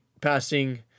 passing